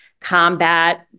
combat